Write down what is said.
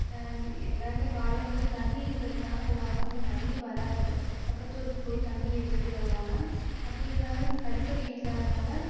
எல்லாருமே காலைல வந்து தண்ணி எடுக்கறதுக்காக போவாங்க அங்கே தண்ணி வராது பக்கத்து ஊருக்குப் போய் தண்ணி எடுத்துகிட்டு வருவாங்க அப்படி இருந்தாலுமே அங்கே கழிப்பறை இல்லாதனால